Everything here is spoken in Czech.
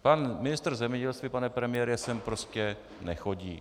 Pan ministr zemědělství, pane premiére, sem prostě nechodí.